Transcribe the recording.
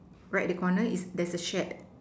right at the corner is there's a shed